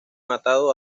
matado